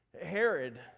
Herod